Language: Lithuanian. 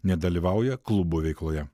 nedalyvauja klubo veikloje